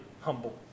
humble